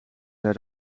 zei